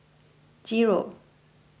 zero